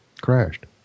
crashed